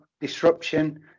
disruption